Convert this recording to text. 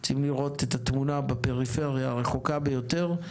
אנחנו רוצים לראות את התמונה בפריפריה הרחוקה ביותר.